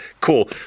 cool